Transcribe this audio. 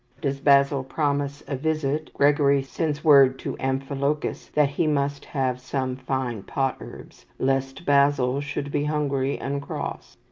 does basil promise a visit, gregory sends word to amphilochus that he must have some fine pot-herbs, lest basil should be hungry and cross.